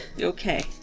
Okay